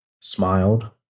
smiled